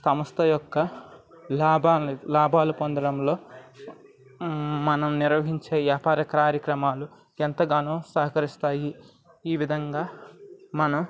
సంస్థ యొక్క లాభాలు లాభాలు పొందడంలో మనం నిర్వహించే వ్యాపార కార్యక్రమాలు ఎంతగానో సహకరిస్తాయి ఈ విధంగా మనం